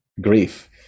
grief